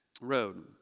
road